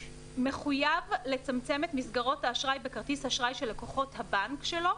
מחויב לצמצם את מסגרות האשראי בכרטיס אשראי של לקוחות הבנק שלו